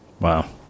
Wow